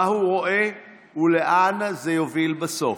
מה הוא רואה, ולאן זה יוביל בסוף.